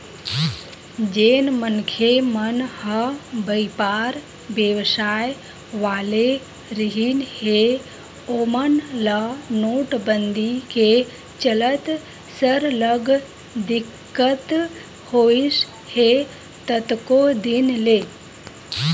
जेन मनखे मन ह बइपार बेवसाय वाले रिहिन हे ओमन ल नोटबंदी के चलत सरलग दिक्कत होइस हे कतको दिन ले